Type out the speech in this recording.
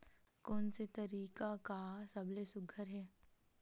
कोन से तरीका का सबले सुघ्घर हे?